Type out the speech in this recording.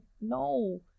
No